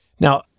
Now